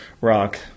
rock